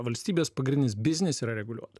valstybės pagrindinis biznis yra reguliuot